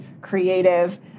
creative